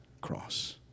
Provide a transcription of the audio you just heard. cross